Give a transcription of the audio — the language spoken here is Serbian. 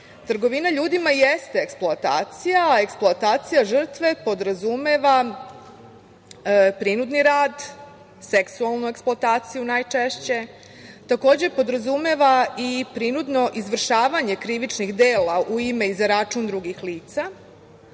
društva. Trgovina ljudima jeste eksploatacija, a eksploatacija žrtve podrazumeva prinudni rad, seksualnu eksploataciju najčešće. Takođe, podrazumeva i prinudno izvršavanje krivičnih dela u ime i za račun drugih lica,